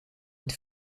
het